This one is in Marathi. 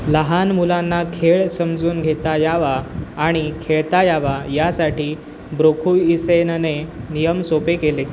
लहान मुलांना खेळ समजून घेता यावा आणि खेळता यावा यासाठी ब्रोखूइसेनने नियम सोपे केले